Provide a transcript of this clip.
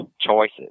choices